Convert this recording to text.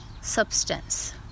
substance